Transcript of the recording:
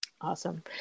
Awesome